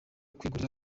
kwigurira